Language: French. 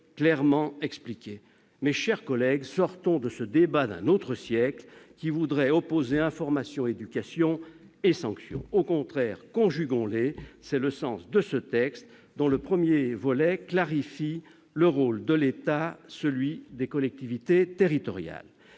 clairement expliquée. Mes chers collègues, sortons de ce débat d'un autre siècle qui voudrait opposer information, éducation et sanction. Au contraire, conjuguons-les : c'est le sens de ce texte, dont le premier volet clarifie le rôle de l'État et celui des collectivités territoriales.